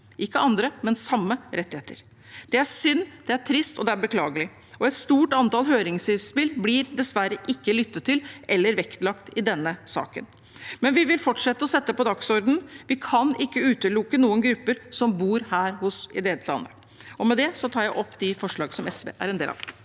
ikke andre, men samme rettigheter. Det er synd. Det er trist, og det er beklagelig. Et stort antall høringsinnspill blir dessverre ikke lyttet til eller vektlagt i denne saken, men vi vil fortsette å sette det på dagsordenen. Vi kan ikke utelukke noen grupper som bor her i dette landet. Med det tar jeg opp de forslag som SV er en del av.